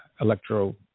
electro